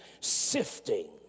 sifting